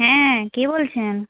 হ্যাঁ কে বলছেন